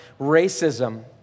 racism